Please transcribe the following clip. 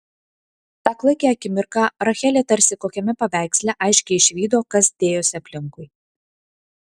tą klaikią akimirką rachelė tarsi kokiame paveiksle aiškiai išvydo kas dėjosi aplinkui